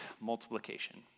Multiplication